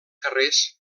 carrers